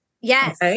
Yes